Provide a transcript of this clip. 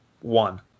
one